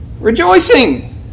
rejoicing